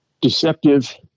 deceptive